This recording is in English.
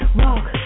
walk